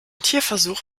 tierversuch